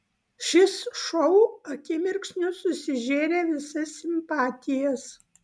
šis šou akimirksniu susižėrė visas simpatijas